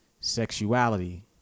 sexuality